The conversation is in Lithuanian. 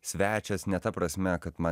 svečias ne ta prasme kad man